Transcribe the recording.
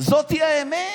זאת היא האמת.